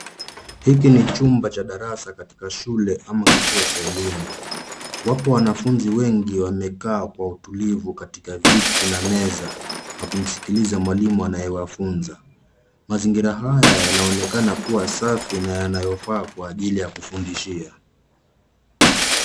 Hiki ni chumba cha darasa katika shuke au kituo cha elimu wapo wanafunzi wengi wamekaa kwa utulivu katika viti na meza wakimskiliza mwalimu anayewafunza mazingira haya yanaonekana kuwa safi na yanayo faa kwa ajili ya kufundishia.